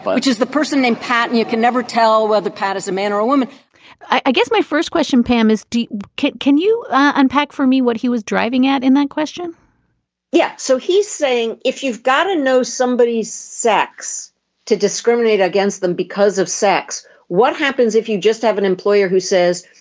but which is the person in peyton and you can never tell whether pat is a man or a woman i guess my first question pam is can can you unpack for me what he was driving at in that question yeah so he's saying if you've got to know somebody's sex to discriminate against them because of sex what happens if you just have an employer who says